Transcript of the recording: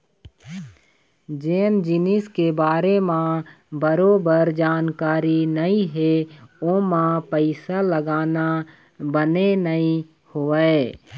जेन जिनिस के बारे म बरोबर जानकारी नइ हे ओमा पइसा लगाना बने नइ होवय